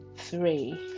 three